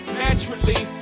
naturally